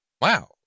Wow